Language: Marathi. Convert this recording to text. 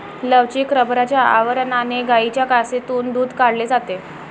लवचिक रबराच्या आवरणाने गायींच्या कासेतून दूध काढले जाते